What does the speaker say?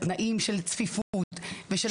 התנאים של צפיפות גורמת להן לכך.